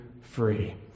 free